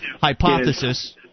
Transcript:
hypothesis